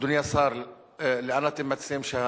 אדוני השר, לאיזו ועדה אתם מציעים?